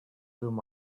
through